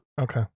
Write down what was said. Okay